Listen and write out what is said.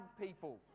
people